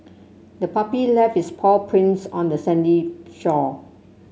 the puppy left its paw prints on the sandy shore